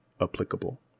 Applicable